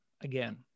again